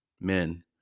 Men